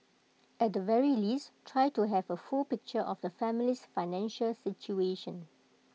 at the very least try to have A full picture of the family's financial situation